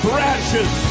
rashes